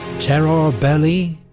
terror ah belli,